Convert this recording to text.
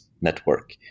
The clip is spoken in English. network